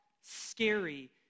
scary